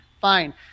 Fine